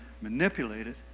manipulated